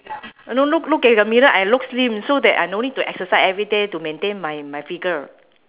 no look look at the mirror I look slim so that I no need to exercise everyday to maintain my my figure